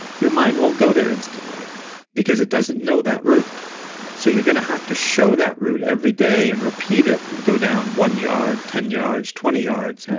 your mind won't go there instantly because it doesn't know that route so you're going to have to show that route every day and repeat it and go down one yard, ten yards, twenty yards,